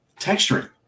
texturing